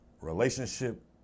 relationship